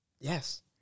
Yes